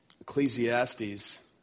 Ecclesiastes